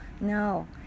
no